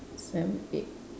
seven eight